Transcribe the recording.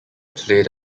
played